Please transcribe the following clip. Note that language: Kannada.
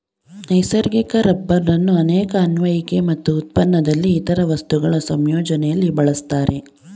ನೈಸರ್ಗಿಕ ರಬ್ಬರನ್ನು ಅನೇಕ ಅನ್ವಯಿಕೆ ಮತ್ತು ಉತ್ಪನ್ನದಲ್ಲಿ ಇತರ ವಸ್ತುಗಳ ಸಂಯೋಜನೆಲಿ ಬಳಸ್ತಾರೆ